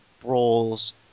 brawls